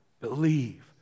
Believe